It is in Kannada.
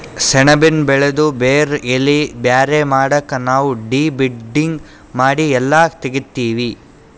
ಸೆಣಬಿನ್ ಬೆಳಿದು ಬೇರ್ ಎಲಿ ಬ್ಯಾರೆ ಮಾಡಕ್ ನಾವ್ ಡಿ ಬಡ್ಡಿಂಗ್ ಮಾಡಿ ಎಲ್ಲಾ ತೆಗಿತ್ತೀವಿ